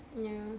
ya